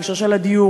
בהקשר של הדיור,